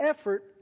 effort